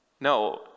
No